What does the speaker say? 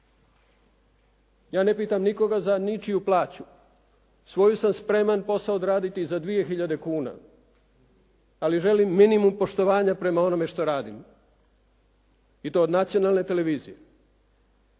Ja ne pitam nikoga za ničiju plaću. Svoju sam spreman posao odraditi i za dvije hiljade kuna, ali želim minimum poštovanja prema onome što radim i to od nacionalne televizije.